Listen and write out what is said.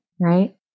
right